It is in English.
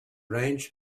range